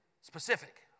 specific